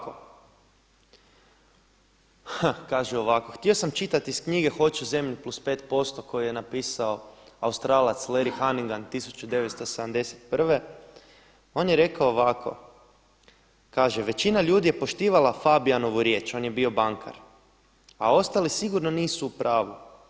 Evo kaže ovako htio sam čitati iz knjige „Hoću zemlju plus 5%“ koju je napisao Australac Larry Haningan 1971. on je rekao ovako kaže „većina ljudi je poštivala Fabijanovu riječ“ on je bio bankar „a ostali sigurno nisu u pravu.